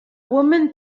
woman